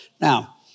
Now